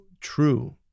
true